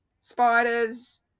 spiders